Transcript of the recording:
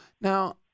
now